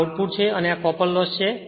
આ આઉટપુટ છે અને આ કોપર લોસ છે